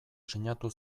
sinatu